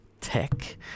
tech